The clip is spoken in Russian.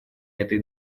этой